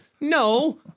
No